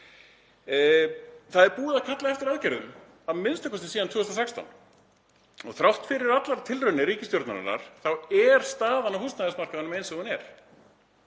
Það er búið að kalla eftir aðgerðum a.m.k. síðan 2016. Þrátt fyrir allar tilraunir ríkisstjórnarinnar er staðan á húsnæðismarkaðnum eins og hún er,